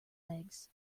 legs